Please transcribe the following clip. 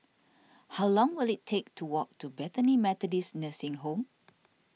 how long will it take to walk to Bethany Methodist Nursing Home